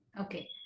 Okay